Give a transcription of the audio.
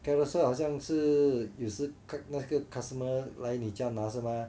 Carousell 好像是也是那个 customer 来你家拿是吗